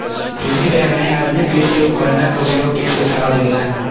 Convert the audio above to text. कृषि वैज्ञानिक आधुनिक कृषि उपकरणक उपयोग के सुझाव देलैन